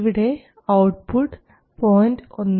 ഇവിടെ ഔട്ട്പുട്ട് 0